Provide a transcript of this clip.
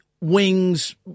Wings